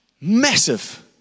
massive